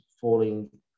falling